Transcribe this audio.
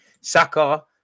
Saka